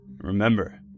Remember